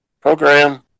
Program